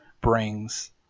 brings